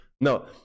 No